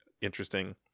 interesting